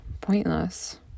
pointless